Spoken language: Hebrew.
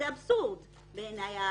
זה אבסורד בעיניי.